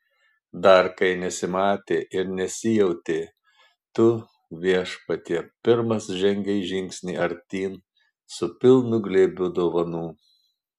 dar kai nesimatė ir nesijautė tu viešpatie pirmas žengei žingsnį artyn su pilnu glėbiu dovanų